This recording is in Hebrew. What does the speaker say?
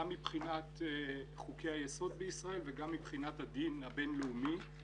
גם מבחינת חוקי היסוד בישראל וגם מבחינת הדין הבין-לאומי.